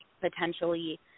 potentially